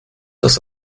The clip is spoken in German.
das